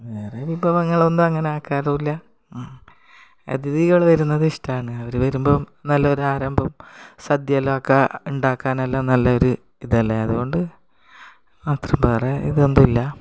വേറെ വിഭവങ്ങളൊന്നും അങ്ങനെ ആക്കാറുമില്ല അതിഥികൾ വരുന്നത് ഇഷ്ടമാണ് അവർ വരുമ്പോൾ നല്ലൊരാരംഭം സദ്യയെല്ലാം ഒക്കെ ഉണ്ടാക്കാനെല്ലാം നല്ല ഒരു ഇതല്ലേ അതുകൊണ്ട് മാത്രം വേറെ ഇതൊന്നും ഇല്ല